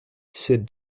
ces